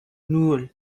nul